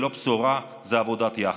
זאת לא בשורה, זאת עבודת יח"צ.